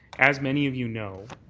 as many of you know,